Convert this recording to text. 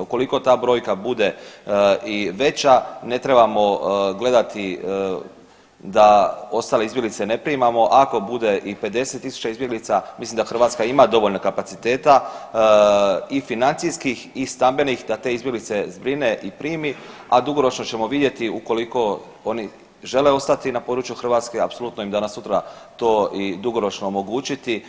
Ukoliko ta brojka bude i veća ne trebamo gledati da ostale izbjeglice ne primamo, ako bude i 50 tisuća izbjeglica mislim da Hrvatska ima dovoljno kapaciteta i financijskih i stambenih da te izbjeglice zbrine i primi, a dugoročno ćemo vidjeti ukoliko oni žele ostati na području Hrvatske apsolutno im danas sutra to i dugoročno omogućiti,